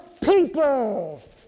people